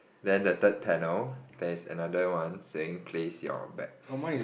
then the third panel there's another one saying place your bets